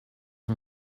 can